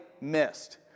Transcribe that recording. missed